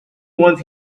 want